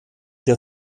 der